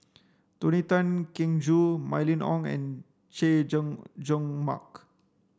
Tony Tan Keng Joo Mylene Ong and Chay Jung Jun Mark